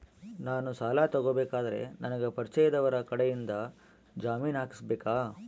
ನಾನು ಸಾಲ ತಗೋಬೇಕಾದರೆ ನನಗ ಪರಿಚಯದವರ ಕಡೆಯಿಂದ ಜಾಮೇನು ಹಾಕಿಸಬೇಕಾ?